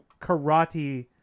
Karate